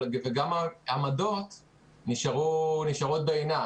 וגם העמדות נשארות בעינן,